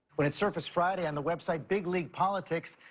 when it surfaced friday on the website big league politics,